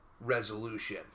resolution